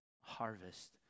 Harvest